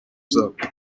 zabwo